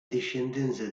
discendenza